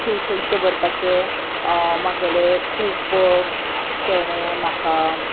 patience दवरपाचे म्हगेलें खूब ताणें म्हाका